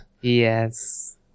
Yes